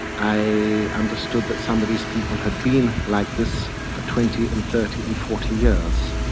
i understood that some of these people had been like this for twenty and thirty and forty years,